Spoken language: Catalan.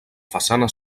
façana